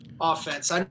offense